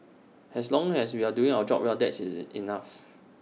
as long as we are doing our job well that's is enough